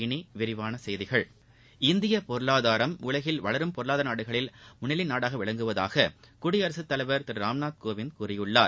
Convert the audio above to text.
இனி விரிவான செய்திகள் இந்திய பொருளாதாரம் உலகின் வளரும் பொருளாதார நாடுகளில் விளங்குவதாக குடியரசுத் தலைவா் திரு ராம்நாத் கோவிந்த் கூறியுள்ளார்